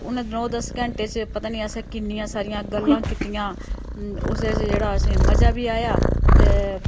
उ'नें नौ दस घैण्टें च पता नी असें किन्नियां सारियां गल्लां कीतियां उसदे च जेह्ड़ा असें मज़ा बी आया ते